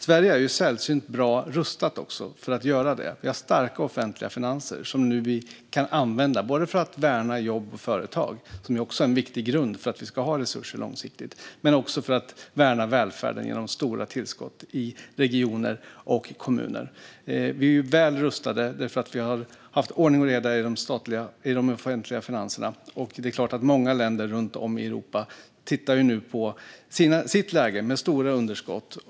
Sverige är också sällsynt bra rustat för att göra det. Vi har starka offentliga finanser som vi nu kan använda, både för att värna jobb och företag, som är en viktig grund för att vi ska har resurser långsiktigt, och för att värna välfärden genom stora tillskott till kommuner och regioner. Vi är väl rustade eftersom vi har haft ordning och reda i de offentliga finanserna. Det är klart att många länder runt om i Europa nu tittar på sitt läge med stora underskott.